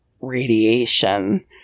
radiation